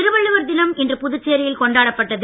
திருவள்ளுவர் தினம் இன்று புதுச்சேரியில் கொண்டாடப்பட்டது